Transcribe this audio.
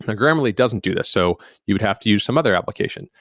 ah grammarly doesn't do this. so you would have to use some other application.